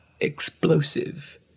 explosive